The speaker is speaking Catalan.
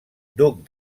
duc